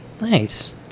Nice